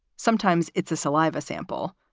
sometimes it's a saliva sample.